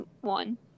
one